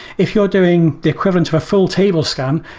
if you're doing the equivalent to a full table scan,